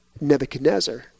Nebuchadnezzar